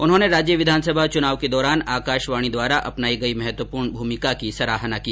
उन्होंने राज्य विधानसभा चुनाव के दौरान आकाशवाणी द्वारा अपनाई गई महत्वपूर्ण भूमिका की सराहना की